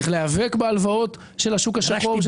צריך להיאבק בהלוואות של השוק השחור.